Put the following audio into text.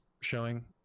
showing